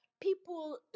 people